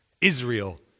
Israel